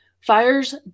fires